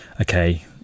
okay